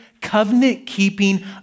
covenant-keeping